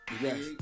Yes